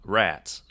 rats